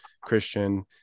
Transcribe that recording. christian